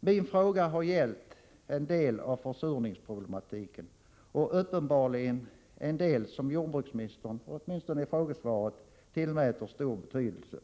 Min fråga har gällt en del av försurningsproblematiken och uppenbarligen en del som jordbruksministern — åtminstone i interpellationssvaret — tillmäter stor betydelse.